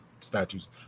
statues